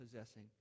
possessing